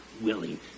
willing